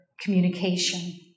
communication